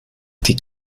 diese